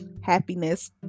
happiness